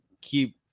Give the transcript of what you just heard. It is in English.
keep